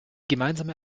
gemeinsame